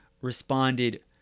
responded